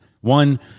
One